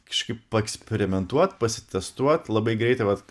kažkaip paeksperimentuot pasitestuot labai greitai vat